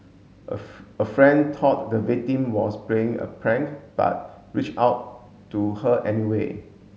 a a friend thought the victim was playing a prank but reached out to her anyway